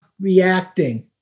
reacting